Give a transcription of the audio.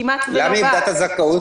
כמעט שלא באה --- למה היא איבדה את הזכאות?